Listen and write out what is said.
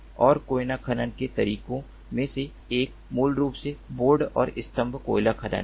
और कोयला खनन के तरीकों में से एक मूल रूप से बोर्ड और स्तंभ कोयला खनन है